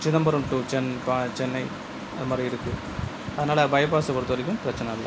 Chidambaram to சென் பா சென்னை அது மாதிரி இருக்குது அதனால் பைபாஸை பொறுத்த வரைக்கும் பிரச்சின இல்லை